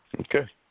Okay